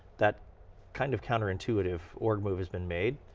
that kind of counter intuitive org move has been made.